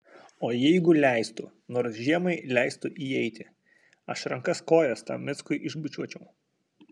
o jeigu leistų nors žiemai leistų įeiti aš rankas kojas tam mickui išbučiuočiau